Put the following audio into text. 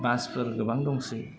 बासफोर गोबां दंसै